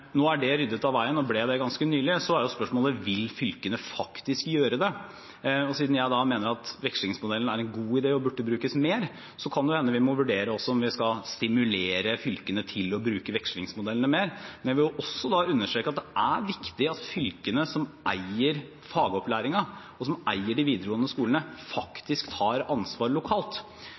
Nå er det ryddet av veien, og ble det ganske nylig. Så er spørsmålet: Vil fylkene faktisk gjøre det? Siden jeg da mener at vekslingsmodellen er en god idé og burde brukes mer, kan det hende at vi også må vurdere om vi skal stimulere fylkene til å bruke vekslingsmodellen mer. Men jeg vil også understreke at det er viktig at fylkene, som eier fagopplæringen, og som eier de videregående skolene, faktisk tar ansvar lokalt.